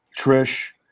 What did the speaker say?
Trish